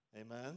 amen